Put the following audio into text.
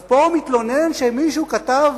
אז פה הוא מתלונן שמישהו כתב,